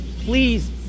Please